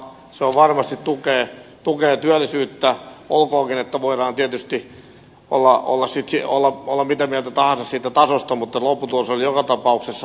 se varmasti tukee työllisyyttä olkoonkin että voidaan tietysti olla mitä mieltä tahansa siitä tasosta mutta lopputulos oli joka tapauksessa hyvä